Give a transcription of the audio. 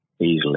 easily